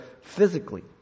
physically